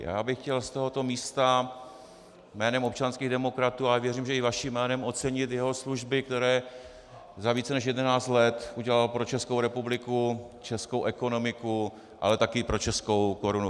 Já bych chtěl z tohoto místa jménem občanských demokratů, a věřím, že i vaším jménem, ocenit jeho služby, které za více než jedenáct let udělal pro Českou republiku, českou ekonomiku, ale také pro českou korunu.